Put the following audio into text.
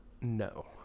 No